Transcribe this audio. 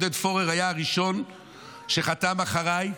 עודד פורר היה הראשון שחתם אחריי,